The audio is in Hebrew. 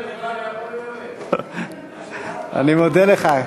אנחנו נבקש ועדה, אני מודה לך.